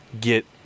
get